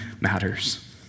matters